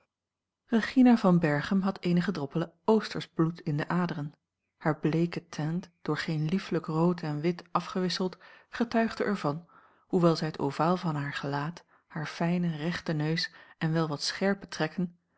regina van berchem had eenige droppelen oostersch bloed in de aderen haar bleeke tint door geen liefelijk rood en wit afgewisseld getuigde er van hoewel zij het ovaal van haar gelaat haar fijnen rechten neus en wel wat scherpe trekken